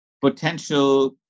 potential